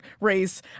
race